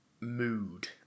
mood